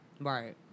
Right